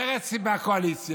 מרצ היא בקואליציה,